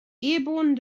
airborne